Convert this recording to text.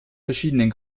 verschiedenen